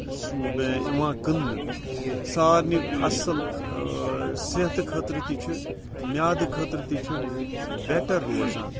یِوان کٕننہٕ سارنٕے اصٕل صحتہِ خٲطرٕ تہِ چھِ میادٕ خٲطرٕ تہِ چھ بیٚٹَر روزان